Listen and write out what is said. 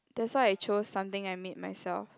that's why I chose something I made myself